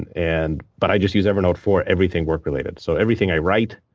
and and but i just use evernote for everything work related. so everything i write,